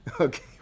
Okay